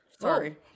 sorry